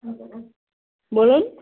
বলুন